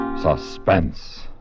Suspense